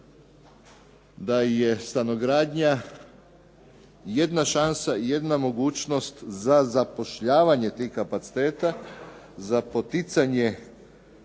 da je stanogradnja jedna šansa i jedna mogućnost za zapošljavanje tih kapaciteta, za poticanje